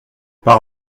par